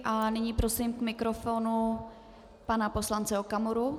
A nyní prosím k mikrofonu pana poslance Okamuru.